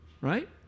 right